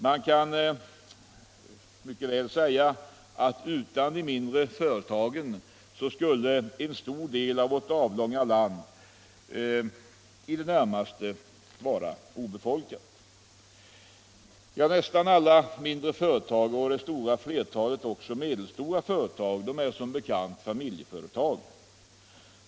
Man kan mycket väl säga att utan de mindre företagen skulle en stor del av vårt avlånga land i det närmaste vara obefolkat. Nästan alla mindre företag och även det stora flertalet medelstora företag är som bekant familjeföretag.